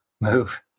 move